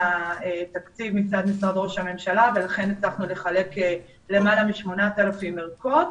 התקציב מצד משרד ראש הממשלה ולכן הצלחנו לחלק למעלה מ-8,000 ערכות.